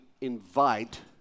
invite